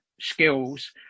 skills